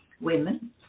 women